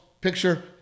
picture